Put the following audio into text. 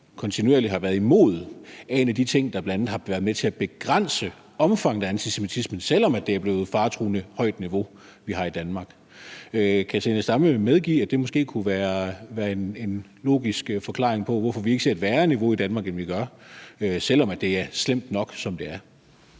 kontinuerligt har været imod, er en af de ting, der bl.a. har været med til at begrænse omfanget af antisemitismen, selv om det er blevet et faretruende højt niveau, vi har i Danmark. Kan Zenia Stampe medgive, at det måske kunne være en logisk forklaring på, hvorfor vi ikke ser et værre niveau i Danmark, end vi gør, selv om det er slemt nok, som det er?